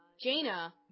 Jaina